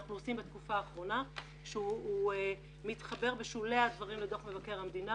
שאנחנו עושים בתקופה האחרונה שהוא מתחבר בשולי הדברים לדוח מבקר המדינה.